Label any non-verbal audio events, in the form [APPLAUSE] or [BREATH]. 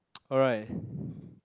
[NOISE] alright [BREATH]